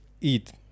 eat